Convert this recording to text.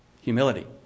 Humility